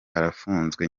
arafunzwe